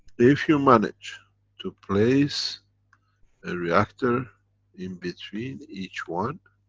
if you manage to place a reactor in between each one.